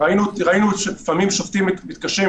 ראינו לפעמים שופטים מתקשים,